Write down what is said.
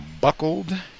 buckled